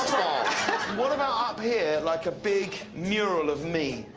what about up here like a big mural of me?